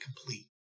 complete